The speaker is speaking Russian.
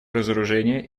разоружения